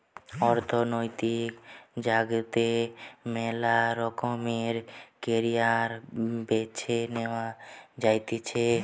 অর্থনৈতিক জগতে মেলা রকমের ক্যারিয়ার বেছে নেওয়া যাতিছে